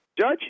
Judge